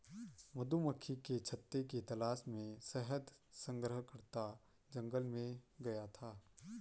मधुमक्खी के छत्ते की तलाश में शहद संग्रहकर्ता जंगल में गया था